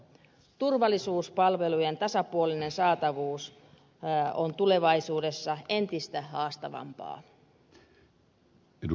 turvallisuuspalvelujen tasapuolinen saatavuus on tulevaisuudessa entistä haastavampaa